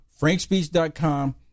FrankSpeech.com